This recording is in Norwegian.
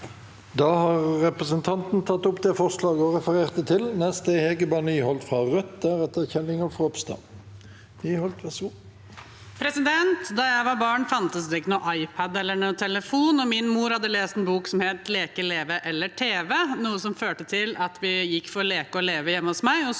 Da jeg var barn, fantes det ikke noen iPad eller telefon, og min mor hadde lest en bok som het «Leke, leve eller teve», noe som førte til at vi gikk for å leke og leve hjemme hos meg